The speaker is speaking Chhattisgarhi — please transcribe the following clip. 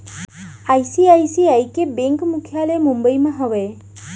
आई.सी.आई.सी.आई के बेंक मुख्यालय मुंबई म हावय